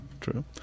true